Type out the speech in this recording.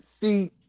see